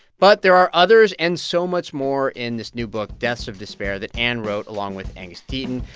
but there are others and so much more in this new book, deaths of despair, that ann wrote along with angus deaton.